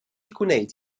gwneud